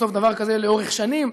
בסוף, דבר כזה, לאורך שנים,